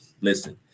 Listen